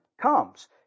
comes